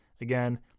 Again